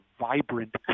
vibrant